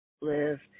live